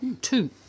two